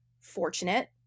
fortunate